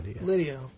Lydia